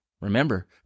Remember